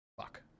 Fuck